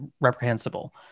reprehensible